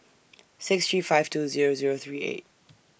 six three five two Zero Zero three eight